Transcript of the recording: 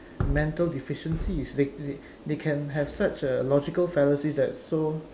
mental deficiencies they they can have such a logical fallacies that so